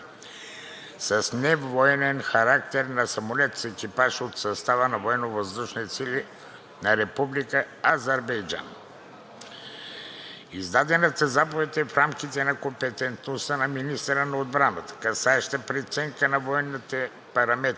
с невоенен характер на самолет с екипаж от състава на Военновъздушните сили на Република Азербайджан. Издадената заповед е в рамките на компетентността на министъра на отбраната, касаеща преценка на военните параметри